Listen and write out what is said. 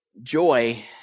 Joy